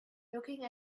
looking